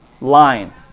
line